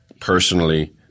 personally